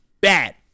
Bad